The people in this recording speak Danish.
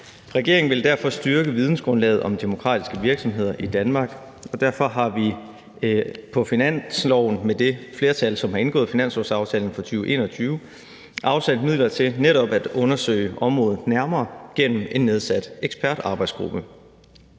Regeringen vil derfor styrke vidensgrundlaget om demokratiske virksomheder i Danmark, og derfor har vi på finansloven med det flertal, som har indgået finanslovsaftalen for 2021, afsat midler til netop at undersøge området nærmere gennem en nedsat ekspertarbejdsgruppe.